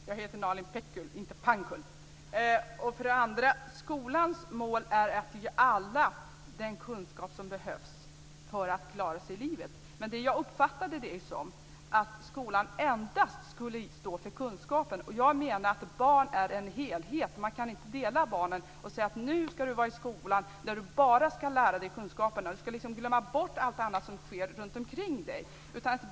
Fru talman! Jag heter Nalin Pekgul och inte Nalin Pankgul! Skolans mål är att ge alla den kunskap som behövs för att klara sig i livet. Jag uppfattade Ulf Nilsson som att skolan endast skulle stå för kunskapen. Jag menar att barn är en helhet. Man kan inte dela barnen och säga: Nu ska du vara i skolan, där du bara ska lära dig kunskaper. Du ska glömma bort allt annat som sker runtomkring dig.